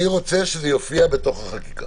אני רוצה שזה יופיע בחקיקה.